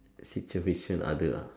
significant other ah